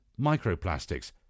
microplastics